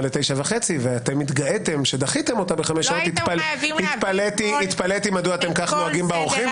ל-09:30 והתגאיתם שדחיתם אותה התפלאתי מדוע כך אתם נוהגים באורחים,